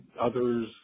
others